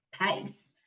pace